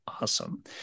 awesome